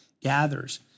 gathers